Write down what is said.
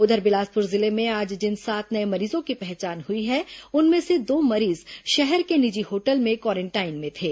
उधर बिलासपुर जिले में आज जिन सात नये मरीजों की पहचान हुई है उनमें से दो मरीज शहर के निजी होटल में क्वारेंटाइन में थे